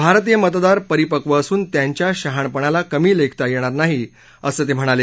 भारतीय मतदार परिपक्व असून त्यांच्या शहाणपणाला कमी लेखता येणार नाही असं ते म्हणाले